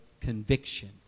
conviction